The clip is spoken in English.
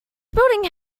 building